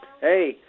Hey